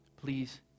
Please